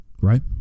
right